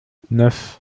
neuf